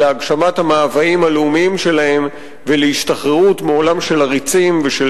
להגשמת המאוויים הלאומיים שלהם ולהשתחררות מעולם של עריצים ושל